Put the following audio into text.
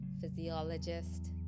physiologist